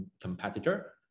competitor